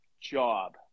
job